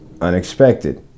unexpected